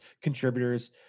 contributors